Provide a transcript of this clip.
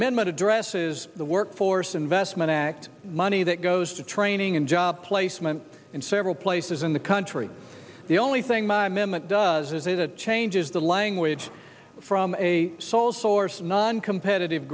amendment addresses the workforce investment act money that goes to training and job placement in several places in the country the only thing my mimic does is say that changes the language from a sole source noncompetitive